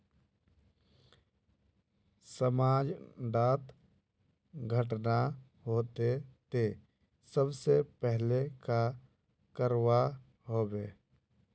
समाज डात घटना होते ते सबसे पहले का करवा होबे?